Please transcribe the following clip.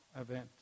event